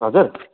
हजुर